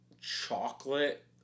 chocolate